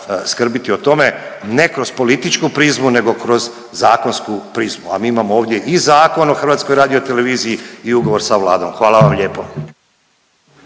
skrbiti o tome, ne kroz političku prizmu nego kroz zakonsku prizmu. A mi imamo ovdje i Zakon o Hrvatskoj radioteleviziji i ugovor sa Vladom. Hvala vam lijepo.